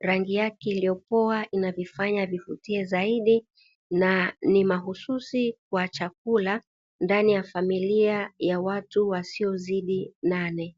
rangi yake iliyopoa inavifanya vivutie zaidi na ni mahususi kwa chakula ndani ya familia ya watu wasiozidi nane.